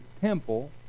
temple